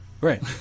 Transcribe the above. right